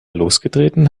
losgetreten